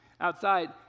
outside